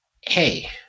hey